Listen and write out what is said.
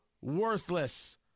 worthless